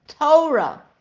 Torah